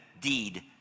deed